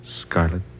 Scarlet